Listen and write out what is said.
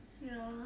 you know ah